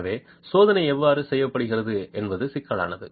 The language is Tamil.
எனவே சோதனை எவ்வாறு செயல்படுத்தப்படுகிறது என்பது சிக்கலானது